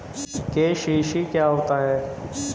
KCC क्या होता है?